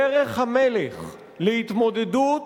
דרך המלך להתמודדות